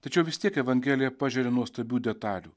tačiau vis tiek evangelija pažeria nuostabių detalių